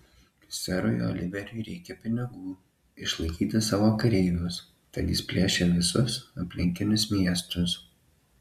serui oliveriui reikia pinigų išlaikyti savo kareivius tad jis plėšia visus aplinkinius miestus